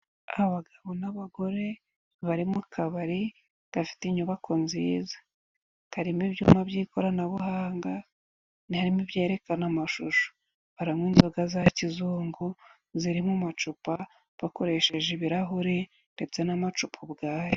Abagabo n'abagore bari mu kabari gafite inyubako nziza, karimo ibyuma by'ikoranabuhanga, nti harimo ibyeyerekana amashusho baranywa inzoga za kizungu zirimo amacupa bakoresheje ibirahuri ndetse n'amacupa ubwayo.